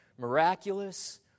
miraculous